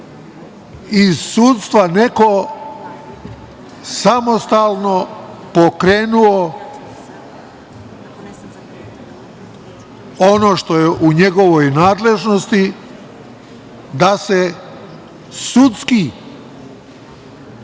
iz sudstva neko samostalno pokrenuo ono što je u njegovoj nadležnosti, da se sudski